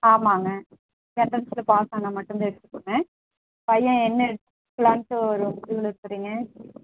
ஆமாம்ங்க என்ட்ரன்ஸில் பாஸ் ஆனால் மட்டும் தான் எடுத்துப்போங்க பையன் என்ன எடுக்கலான்ட்டு ஒரு முடிவில் இருக்குறீங்க